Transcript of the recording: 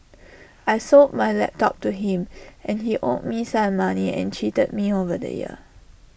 I sold my laptop to him and he owed me some money and cheated me over the year